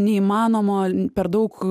neįmanomo per daug